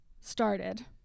started